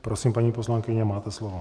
Prosím, paní poslankyně, máte slovo.